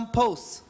posts